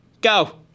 go